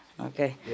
Okay